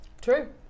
True